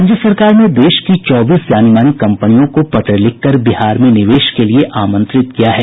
राज्य सरकार ने देश की चौबीस जानीमानी कंपनियों को पत्र लिखकर बिहार में निवेश के लिये आमंत्रित किया है